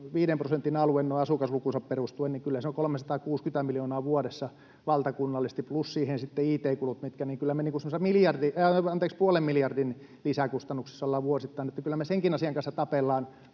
alue asukaslukuunsa perustuen, niin kyllä se on 360 miljoonaa vuodessa valtakunnallisesti plus siihen sitten it-kulut, joten kyllä me semmoisen puolen miljardin lisäkustannuksissa ollaan vuosittain. Kyllä me senkin asian kanssa tapellaan,